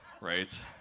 Right